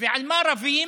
ועל מה רבים?